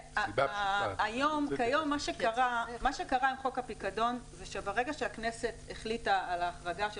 מה שקרה עם חוק הפיקדון זה שברגע שהכנסת החליטה על ההחרגה של